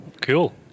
Cool